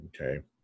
Okay